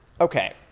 Okay